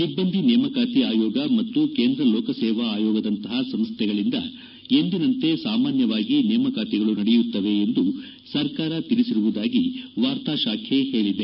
ಸಿಬ್ಲಂದಿ ನೇಮಕಾತಿ ಆಯೋಗ ಮತ್ತು ಕೇಂದ್ರ ಲೋಕಸೇವಾ ಆಯೋಗದಂತಹ ಸಂಸ್ನೆಗಳಿಂದ ಎಂದಿನಂತೆ ಸಾಮಾನ್ಲವಾಗಿ ನೇಮಕಾತಿಗಳು ನಡೆಯುತ್ತವೆ ಎಂದು ಸರ್ಕಾರ ತಿಳಿಸಿರುವುದಾಗಿ ವಾರ್ತಾ ಶಾಖೆ ಹೇಳಿದೆ